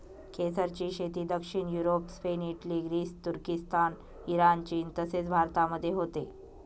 केसरची शेती दक्षिण युरोप, स्पेन, इटली, ग्रीस, तुर्किस्तान, इराण, चीन तसेच भारतामध्ये होते